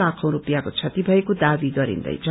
लाखौं रुपियाँको क्षति भएको दावी गरिन्दैछ